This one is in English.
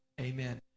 Amen